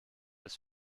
des